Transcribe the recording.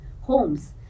homes